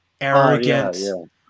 arrogant